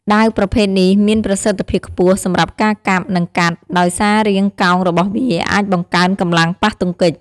ដាវប្រភេទនេះមានប្រសិទ្ធភាពខ្ពស់សម្រាប់ការកាប់ និងកាត់ ដោយសាររាងកោងរបស់វាអាចបង្កើនកម្លាំងប៉ះទង្គិច។